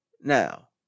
Now